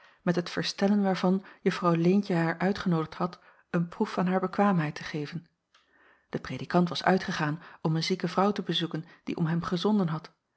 met het verstellen waarvan juffrouw leentje haar uitgenoodigd had een proef van haar bekwaamheid te geven de predikant was uitgegaan om een zieke vrouw te bezoeken die om hem gezonden had